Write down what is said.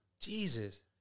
Jesus